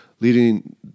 leading